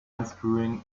unscrewing